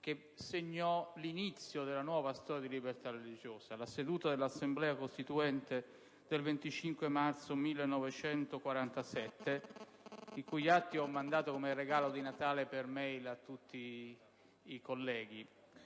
che segnò l'inizio della nuova storia di libertà religiosa, e cioè la seduta dell'Assemblea costituente del 25 marzo 1947, i cui atti ho inviato come regalo di Natale per e-*mail* a tutti i colleghi,